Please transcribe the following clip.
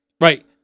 right